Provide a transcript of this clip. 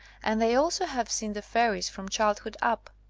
and they also have seen the fairies from childhood up.